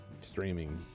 streaming